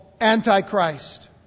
Antichrist